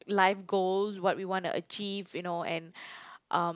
life goals what we want to achieve you know and um